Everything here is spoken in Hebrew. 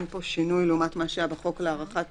אין פה שינוי לעומת מה שהיה בחוק להארכת